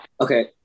Okay